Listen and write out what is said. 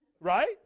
Right